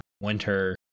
winter